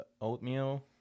oatmeal